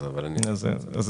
בסדר.